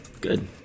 Good